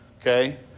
Okay